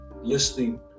listening